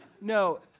No